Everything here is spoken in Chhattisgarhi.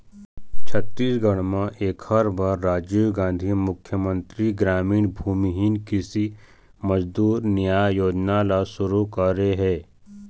छत्तीसगढ़ म एखर बर राजीव गांधी मुख्यमंतरी गरामीन भूमिहीन कृषि मजदूर नियाय योजना ल सुरू करे हे